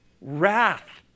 wrath